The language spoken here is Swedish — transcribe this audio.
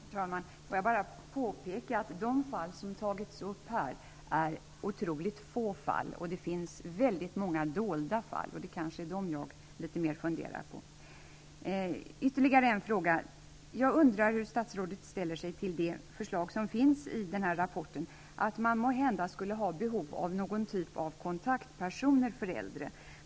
Herr talman! Får jag bara påpeka att de fall som tas upp här är otroligt få. Det finns väldigt många dolda fall. Det är kanske dem jag litet mera funderade på. Ytterligare en fråga: Jag undrar hur statsrådet ställer sig till det förslag som finns i rapporten, att man måhända skulle ha någon typ av kontaktperson för de äldre.